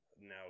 now